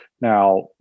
Now